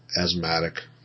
asthmatic